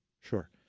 Sure